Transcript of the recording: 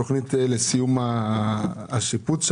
את התוקף של החלטת הממשלה בטיפול בנושא הדרוזי והצ'רקסי.